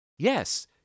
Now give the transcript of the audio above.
Yes